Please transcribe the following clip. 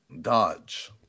dodge